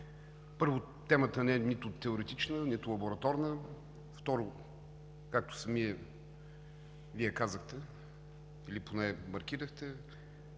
Първо, темата не е нито теоретична, нито лабораторна. Второ, както самият Вие казахте, или поне маркирахте